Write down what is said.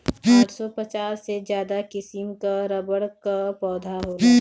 आठ सौ पचास से ज्यादा किसिम कअ रबड़ कअ पौधा होला